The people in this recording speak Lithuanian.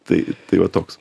tai tai va toks